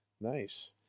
nice